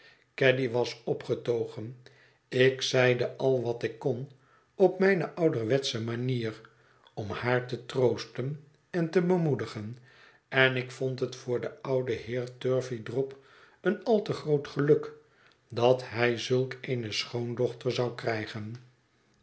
caddy was opgetogen ik zeide al wat ik kon op mijne ouderwetsche manier om haar te troosten en te bemoedigen en ik vond het voor den ouden heer turveydrop een al te groot geluk dat hij zulk eene schoondochter zou krijgen